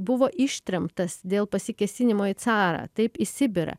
buvo ištremtas dėl pasikėsinimo į carą taip į sibirą